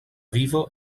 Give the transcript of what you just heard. vivo